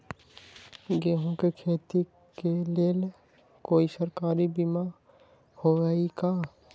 गेंहू के खेती के लेल कोइ सरकारी बीमा होईअ का?